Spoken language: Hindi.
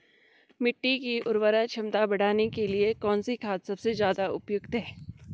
मिट्टी की उर्वरा क्षमता बढ़ाने के लिए कौन सी खाद सबसे ज़्यादा उपयुक्त है?